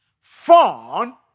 Fun